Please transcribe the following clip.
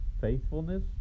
faithfulness